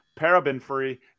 paraben-free